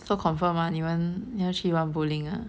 so confirm ah 你们你要去玩 bowling ah